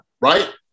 right